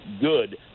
good